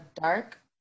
dark